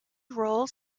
rules